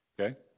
Okay